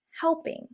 Helping